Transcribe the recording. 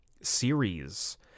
series